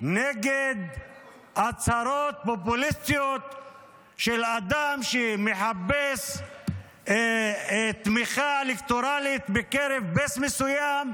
נגד הצהרות פופוליסטיות של אדם שמחפש תמיכה אלקטורלית בקרב בייס מסוים,